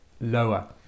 lower